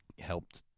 helped